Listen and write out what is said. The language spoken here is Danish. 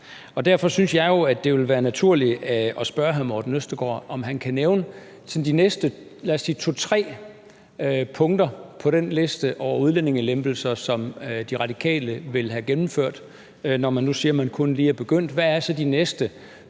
Derfor synes jeg jo, at det ville være naturligt at spørge hr. Morten Østergaard, om han kan nævne sådan de næste, lad os sige to-tre punkter på den liste over udlændingelempelser, som De Radikale vil have gennemført. Når man nu siger, man kun lige er begyndt, hvad er så de næste